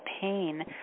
pain